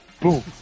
boom